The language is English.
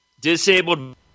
disabled